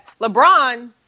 LeBron